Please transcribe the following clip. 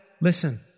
Listen